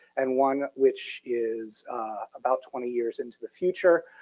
and one which is about twenty years into the future.